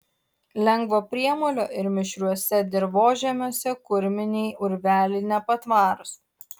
lengvo priemolio ir mišriuose dirvožemiuose kurminiai urveliai nepatvarūs